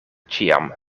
ĉiam